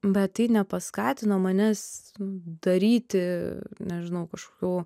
bet tai nepaskatino manęs daryti nežinau kažkokių